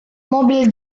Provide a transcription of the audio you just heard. mobil